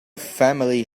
family